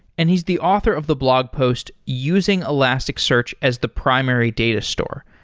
and he's the author of the blog post using elasticsearch as the primary data store.